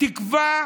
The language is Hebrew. תקווה